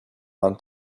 one